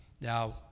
Now